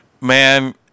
Man